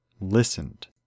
listened